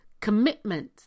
commitment